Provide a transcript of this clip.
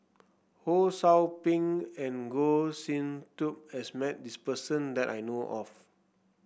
Ho Sou Ping and Goh Sin Tub has met this person that I know of